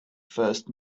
first